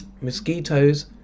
mosquitoes